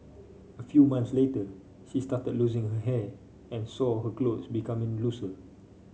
a few months later she started losing her hair and saw her clothe becoming looser